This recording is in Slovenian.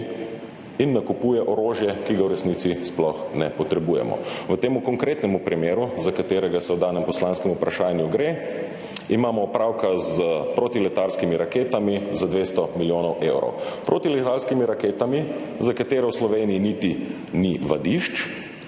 in nakupuje orožje, ki ga v resnici sploh ne potrebujemo. V tem konkretnem primeru, za katerega v danem poslanskem vprašanju gre, imamo opravka s protiletalskimi raketami za 200 milijonov evrov. Protiletalskimi raketami, za katere v Sloveniji niti ni vadišč